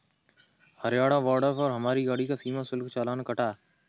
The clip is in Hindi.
हरियाणा बॉर्डर पर हमारी गाड़ी का सीमा शुल्क चालान कटा